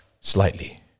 slightly